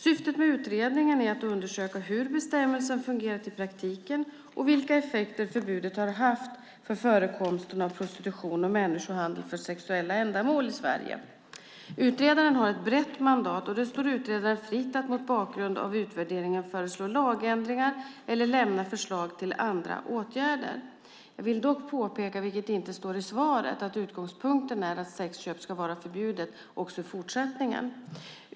Syftet med utredningen är att undersöka hur bestämmelsen fungerat i praktiken och vilka effekter förbudet har haft för förekomsten av prostitution och människohandel för sexuella ändamål i Sverige. Utredaren har ett brett mandat och det står utredaren fritt att mot bakgrund av utvärderingen föreslå lagändringar eller lämna förslag till andra åtgärder. Jag vill dock påpeka, vilket inte står i svaret, att utgångspunkten är att sexköp ska vara förbjudet också i fortsättningen.